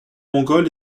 mongole